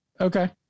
Okay